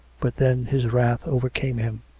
but then his wrath overcame him.